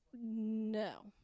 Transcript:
No